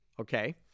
okay